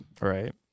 Right